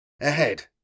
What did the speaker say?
ahead